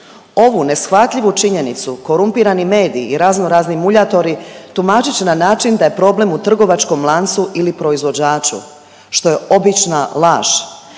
Ovu neshvatljivu činjenicu korumpirani mediji i razno razni muljatori tumačit će na način da je problem u trgovačkom lancu ili proizvođaču što je obična laž.